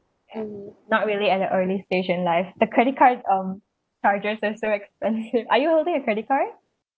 not really at a early stage in life the credit cards um charges are so expensive are you holding a credit card